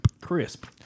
Crisp